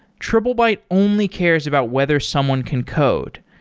triplebyte only cares about whether someone can code.